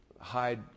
hide